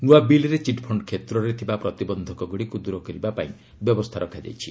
ନୂଆ ବିଲ୍ରେ ଚିଟ୍ଫଣ୍ଡ କ୍ଷେତରେ ଥିବା ପ୍ରତିବନ୍ଧକଗୁଡ଼ିକୁ ଦୂର କରିବାପାଇଁ ବ୍ୟବସ୍ଥା ରଖାଯାଇଛି